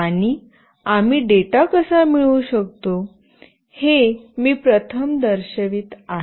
आणि आम्ही डेटा कसा मिळवू शकतो हे मी प्रथम दर्शवित आहे